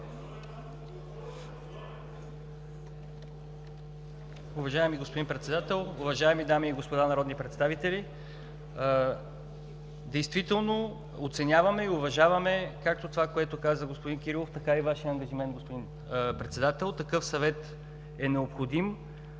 Уважаеми господин Председател, уважаеми дами и господа народни представители! Действително оценяваме и уважаваме както това, което каза господин Кирилов, така и Вашия ангажимент, господин Председател. Такъв Съвет е необходим.